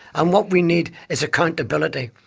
and what we need is accountability.